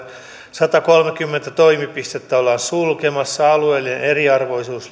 satakolmekymmentä toimipistettä ollaan sulkemassa alueellinen eriarvoisuus